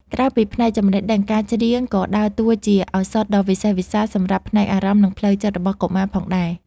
ក្រៅពីផ្នែកចំណេះដឹង ការច្រៀងក៏ដើរតួជាឱសថដ៏វិសេសវិសាលសម្រាប់ផ្នែកអារម្មណ៍ និងផ្លូវចិត្តរបស់កុមារផងដែរ។